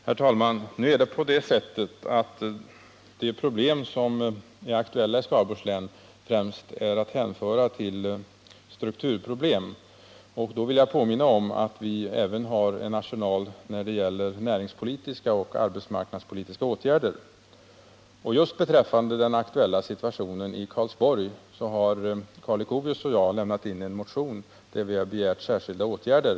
Herr talman! De aktuella problemen i Skaraborgs län är främst strukturproblem. Jag vill påminna om att vi har en arsenal även då det gäller näringspolitiska och arbetsmarknadspolitiska åtgärder. Just beträffande den aktuella situationen i Karlsborg har Karl Leuchovius och jag lämnat in en motion, där vi har begärt särskilda åtgärder.